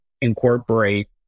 incorporate